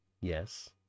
yes